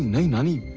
no naani.